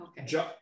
okay